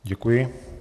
Děkuji.